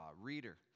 Reader